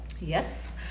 Yes